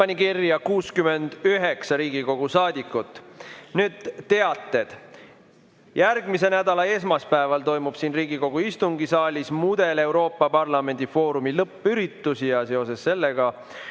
pani kirja 69 Riigikogu saadikut. Nüüd teated. Järgmise nädala esmaspäeval toimub siin Riigikogu istungisaalis Mudel‑Euroopa Parlamendi foorumi lõppüritus ja sellega